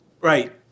Right